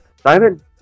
Simon